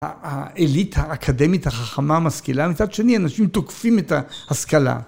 האליטה האקדמית החכמה המשכילה, מצד שני אנשים תוקפים את ההשכלה.